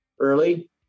early